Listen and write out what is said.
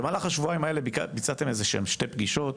במהלך השבועיים האלה ביצעתם איזה שהם שתי פגישות,